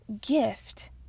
gift